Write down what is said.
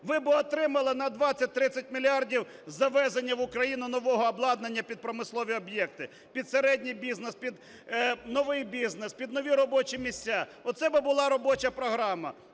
Ви отримали б на 20-30 мільярдів завезення в Україну нового обладнання під промислові об'єкти, під середній бізнес, під новий бізнес, під нові робочі місця. Оце була б робоча програма.